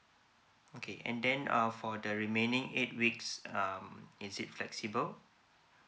okay and then uh for the remaining eight weeks um is it flexible